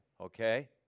Okay